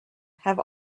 have